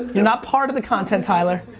you're not part of the content, tyler.